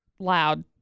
Loud